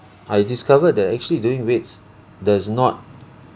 I discovered that actually doing weights does not